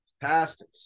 Pastors